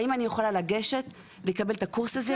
האם אני יכולה לגשת לקבל את הקורס הזה?